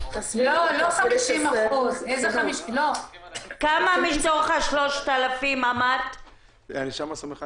לא, לא 50%. כמה מתוך ה-3,000 שנשארו על